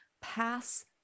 pass